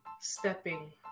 stepping